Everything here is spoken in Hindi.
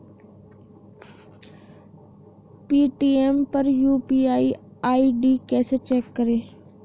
पेटीएम पर यू.पी.आई आई.डी कैसे चेक करें?